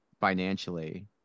financially